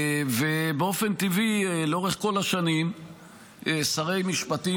ובאופן טבעי לאורך כל השנים שרי משפטים,